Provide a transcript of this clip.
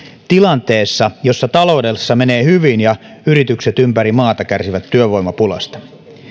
tilanteessa jossa taloudessa menee hyvin ja yritykset ympäri maata kärsivät työvoimapulasta